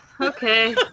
Okay